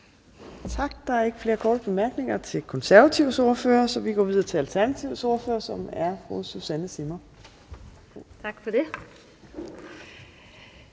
Tak. Der er ikke flere korte bemærkninger til Konservatives ordfører, så vi går videre til Alternativets ordfører, som er fru Susanne Zimmer. Værsgo. Kl.